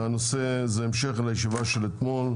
הישיבה הזאת קצרה והיא המשך של הישיבה מאתמול: